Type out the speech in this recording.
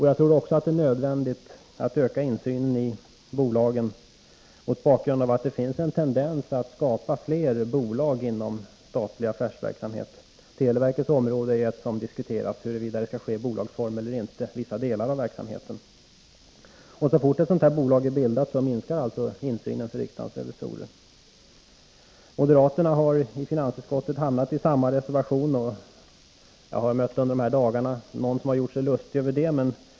Jag tror också att det är nödvändigt att öka insynen i bolagen mot bakgrund av att det finns en tendens att skapa fler bolag inom statlig affärsverksamhet. Beträffande vissa delar av verksamheten på televerkets område har det ju diskuterats huruvida de skall bedrivas i bolagsform eller inte. Så fort ett sådant bolag är bildat minskar insynen för riksdagens revisorer. Moderaterna hari finansutskottet hamnat i samma reservation, och jag har under de här dagarna mött någon som har gjort sig lustig över det.